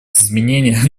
изменения